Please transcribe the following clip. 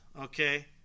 okay